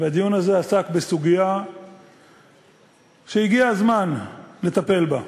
והדיון הזה עסק בסוגיה שהגיע הזמן לטפל בה.